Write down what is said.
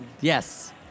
Yes